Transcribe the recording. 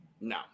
No